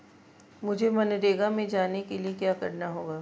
मुझे मनरेगा में जाने के लिए क्या करना होगा?